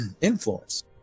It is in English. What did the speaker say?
influence